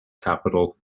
capital